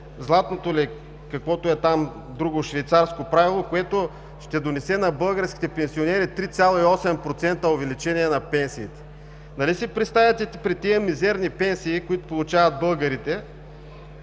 „златното“, или каквото е там друго, „швейцарско правило“, което ще донесе на българските пенсионери 3,8% увеличение на пенсиите. Нали си представяте при тези мизерни пенсии, които получават българите,